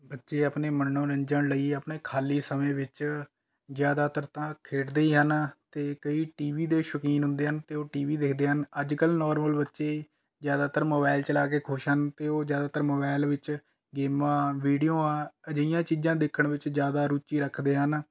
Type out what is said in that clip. ਬੱਚੇ ਆਪਣੇ ਮਨੋਰੰਜਨ ਲਈ ਆਪਣੇ ਖ਼ਾਲੀ ਸਮੇਂ ਵਿੱਚ ਜ਼ਿਆਦਾਤਰ ਤਾਂ ਖੇਡਦੇ ਹੀ ਹਨ ਅਤੇ ਕਈ ਟੀ ਵੀ ਦੇ ਸ਼ੌਕੀਨ ਹੁੰਦੇ ਹਨ ਅਤੇ ਉਹ ਟੀ ਵੀ ਦੇਖਦੇ ਹਨ ਅੱਜ ਕੱਲ੍ਹ ਨੌਰਮਲ ਬੱਚੇ ਜ਼ਿਆਦਾਤਰ ਮੋਬਾਈਲ ਚਲਾ ਕੇ ਖੁਸ਼ ਹਨ ਅਤੇ ਉਹ ਜ਼ਿਆਦਾਤਰ ਮੋਬਾਈਲ ਵਿੱਚ ਗੇਮਾਂ ਵੀਡੀਓਆਂ ਅਜਿਹੀਆਂ ਚੀਜ਼ਾਂ ਦੇਖਣ ਵਿੱਚ ਜ਼ਿਆਦਾ ਰੂਚੀ ਰੱਖਦੇ ਹਨ